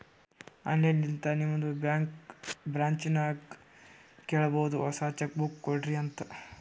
online ಲಿಂತೆ ನಿಮ್ದು bank ಬ್ರ್ಯಾಂಚ್ಗ ಕೇಳಬೋದು ಹೊಸಾ ಚೆಕ್ ಬುಕ್ ಕೊಡ್ರಿ ಅಂತ್